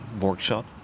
workshop